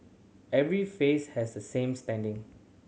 every face has the same standing